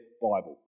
Bible